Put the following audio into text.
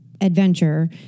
adventure